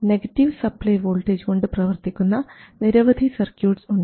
negative supply voltage കൊണ്ട് പ്രവർത്തിക്കുന്ന നിരവധി സർക്യൂട്ട്സ് ഉണ്ട്